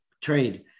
trade